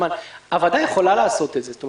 הוועדה יכולה לעשות את זה.